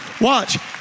Watch